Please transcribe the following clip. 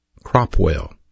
Cropwell